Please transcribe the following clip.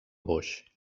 boix